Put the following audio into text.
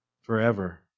forever